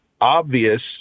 obvious